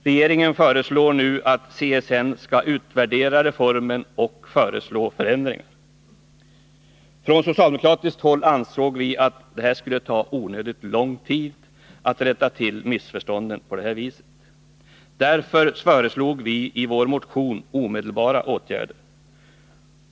Regeringen föreslår nu att CSN skall utvärdera reformen och föreslå förändringar. Från socialdemokratiskt håll ansåg vi att det skulle ta onödigt lång tid att rätta till missförstånden på det sättet. Därför föreslog vi i vår motion omedelbara åtgärder.